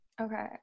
okay